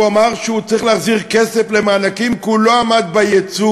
והוא אמר שהוא צריך להחזיר כסף של מענקים כי הוא לא עמד בייצוא,